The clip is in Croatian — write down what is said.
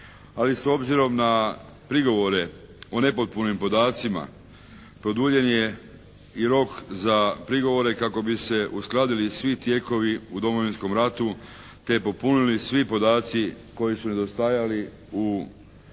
Ali s obzirom na prigovore o nepotpunim podacima produljen je i rok za prigovore kako bi se uskladili svi tijekovi u Domovinskom ratu, te popunili svi podaci koji su nedostajali u dostavama